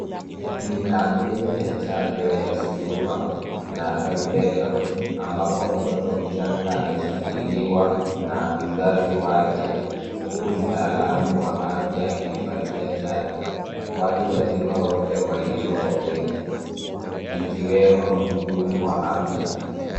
Ni kampeni ya chanjo ya surua na rubela ambapo mtoto mchanga ameshikiliwa na mzazi wake huku mtaalamu wa afya akimpatia chanjo watu wazima wote walioko kwenye ikiwemo mhudumu wa afya